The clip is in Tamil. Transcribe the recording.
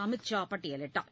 அமித் ஷா பட்டியலிட்டார்